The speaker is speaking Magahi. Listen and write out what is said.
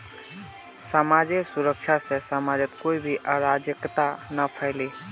समाजेर सुरक्षा से समाजत कोई भी अराजकता ना फैले